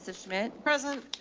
so schmidt present.